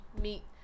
meet